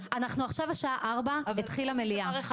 אנחנו עכשיו שעה 16:00 ותיכף תתחיל המליאה,